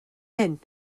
hyn